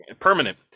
Permanent